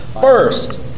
First